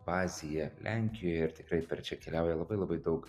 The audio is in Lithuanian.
bazėje lenkijoje ir tikrai per čia keliauja labai labai daug